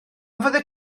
fyddet